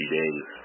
days